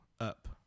up